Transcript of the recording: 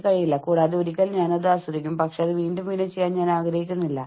നിങ്ങളുടെ അധിക ഊർജ്ജം നിങ്ങൾ അവിടെ ചെലവഴിക്കുന്നു സമ്മർദ്ദം ഒഴിവാക്കാനും അത് നിങ്ങളെ സഹായിക്കുന്നു